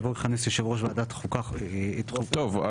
יבוא 'יכנס יושב ראש ועדת חוקה את --- טוב,